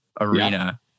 arena